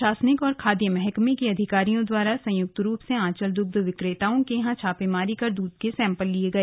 प्रशासनिक और खाद्य महकमे के अधिकारियों द्वारा संयुक्त रूप से आंचल दुग्ध विक्रेताओं के यहां छापामारी कर दूध के सैंपल लिए गए